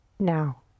now